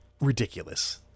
ridiculous